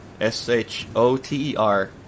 S-H-O-T-E-R